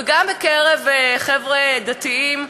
וגם בקרב חבר'ה דתיים,